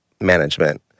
management